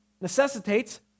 necessitates